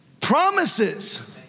promises